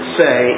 say